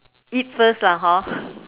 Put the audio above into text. eat first lah hor